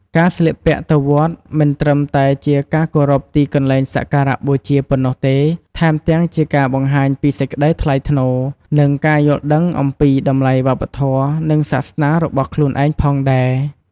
ការស្លៀកពាក់ទៅវត្តមិនត្រឹមតែជាការគោរពទីកន្លែងសក្ការបូជាប៉ុណ្ណោះទេ ថែមទាំងជាការបង្ហាញពីសេចក្តីថ្លៃថ្នូរ និងការយល់ដឹងអំពីតម្លៃវប្បធម៌ និងសាសនារបស់ខ្លួនឯងផងដែរ។